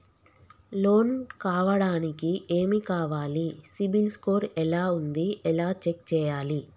Loan కావడానికి ఏమి కావాలి సిబిల్ స్కోర్ ఎలా ఉంది ఎలా చెక్ చేయాలి?